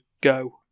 go